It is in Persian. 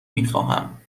میخواهم